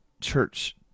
church